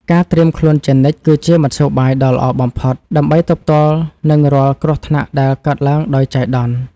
ការត្រៀមខ្លួនជានិច្ច គឺជាមធ្យោបាយដ៏ល្អបំផុតដើម្បីទប់ទល់នឹងរាល់គ្រោះថ្នាក់ដែលកើតឡើងដោយចៃដន្យ។